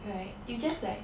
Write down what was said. right you just like